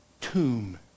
tomb